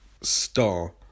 Star